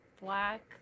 black